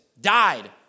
died